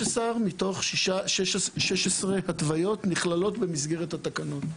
13 מתוך 16 התוויות נכללות במסגרת התקנות.